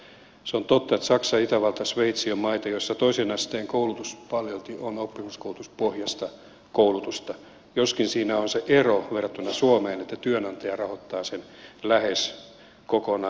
se on totta että saksa itävalta ja sveitsi ovat maita joissa toisen asteen koulutus paljolti on oppisopimuskoulutuspohjaista koulutusta joskin siinä on se ero verrattuna suomeen että työnantaja rahoittaa sen lähes kokonaan